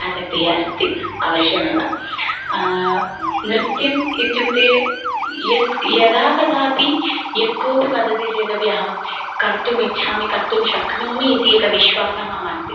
आसक्तिः अस्ति अवश्यमेव नृत्यम् इत्युक्ते यत् यदा कदापि यः कोपि वदति चेदपि अहं कर्तुम् इच्छामि कर्तुं शक्नोमि इति एक विश्वासः मम अस्ति